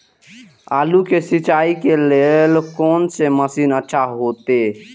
आलू के सिंचाई के लेल कोन से मशीन अच्छा होते?